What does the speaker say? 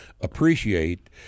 appreciate